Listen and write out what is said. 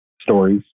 stories